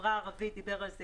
החברה הערבית דיברו על זה